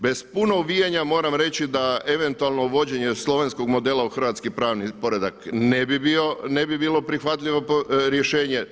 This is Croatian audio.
Bez puno uvijanja moram reći da eventualno uvođenje slovenskog modela u hrvatski pravni poredak ne bi bilo prihvatljivo rješenje.